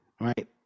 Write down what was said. right